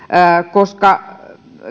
koska